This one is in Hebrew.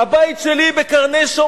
הבית שלי בקרני-שומרון